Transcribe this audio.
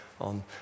on